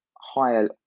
higher